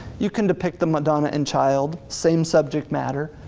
you can depict the madonna and child, same subject matter,